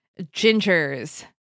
Gingers